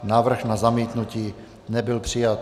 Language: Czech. Návrh na zamítnutí nebyl přijat.